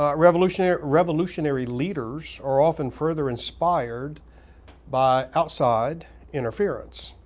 um revolutionary revolutionary leaders are often further inspired by outside interference.